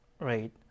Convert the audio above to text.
right